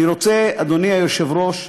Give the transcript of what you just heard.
אני רוצה, אדוני היושב-ראש,